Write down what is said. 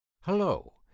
Hello